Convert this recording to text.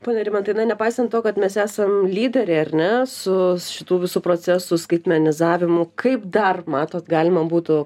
pone rimantai na nepaisant to kad mes esam lyderiai ar ne su šitų visų procesų skaitmenizavimu kaip dar matot galima būtų